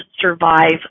survive